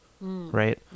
right